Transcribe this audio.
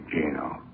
Gino